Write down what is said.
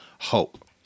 hope